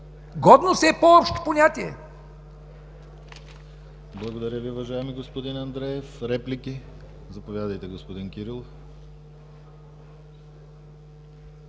„Годност” е по-общо понятие.